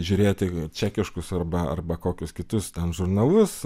žiūrėti čekiškus arba arba kokius kitus ten žurnalus